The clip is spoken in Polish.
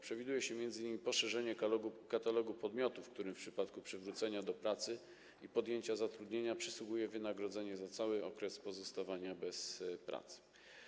Przewiduje się m.in. poszerzenie katalogu podmiotów, którym w przypadku przywrócenia do pracy i podjęcia zatrudnienia przysługuje wynagrodzenie za cały okres pozostawania bez pracy.